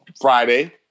Friday